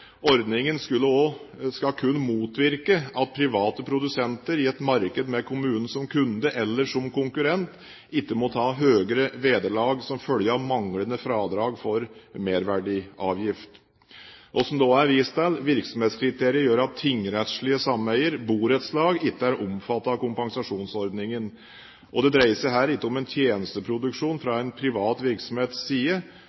Ordningen skal kun motvirke at private produsenter i et marked med kommunen som kunde eller som konkurrent, ikke må ta høyere vederlag som følge av manglende fradrag for merverdiavgift. Som det også er vist til, gjør virksomhetskriteriet at tingrettslige sameier, borettslag, ikke er omfattet av kompensasjonsordningen. Det dreier seg her ikke om en tjenesteproduksjon